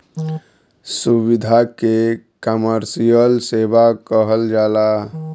सुविधा के कमर्सिअल सेवा कहल जाला